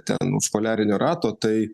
ten už poliarinio rato tai